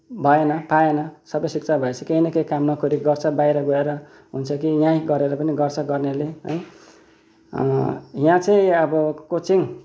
भएन पाएन सबै शिक्षा भएपछि केही न केही काम नौकरी गर्छ बाहिर गएर हुन्छ कि यहीँ गरेर पनि गर्छ गर्नेले है यहाँ चाहिँ अब कोचिङ